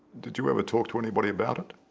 did you ever talk to anybody about it?